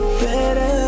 better